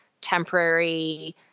temporary